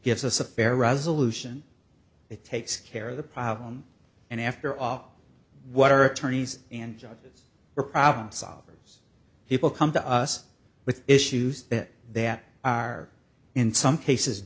gives us a fair resolution it takes care of the problem and after all what our attorneys and judges are problem solvers people come to us with issues that are in some cases